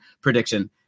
prediction